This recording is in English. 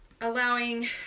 allowing